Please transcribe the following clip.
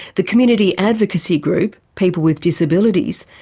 the community advocacy group, people with disabilities,